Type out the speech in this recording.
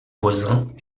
voisins